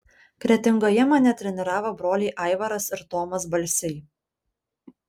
kretingoje mane treniravo broliai aivaras ir tomas balsiai